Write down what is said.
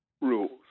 rules